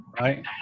right